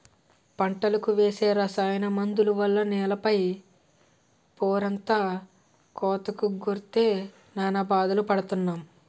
పంటలకు వేసే రసాయన మందుల వల్ల నేల పై పొరంతా కోతకు గురై నానా బాధలు పడుతున్నాం